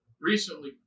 recently